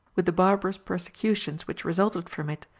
with the barbarous persecutions which resulted from it,